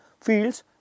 fields